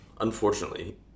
unfortunately